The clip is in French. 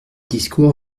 discours